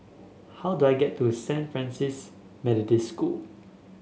how do I get to Saint Francis Methodist School